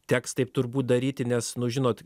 teks taip turbūt daryti nes nu žinot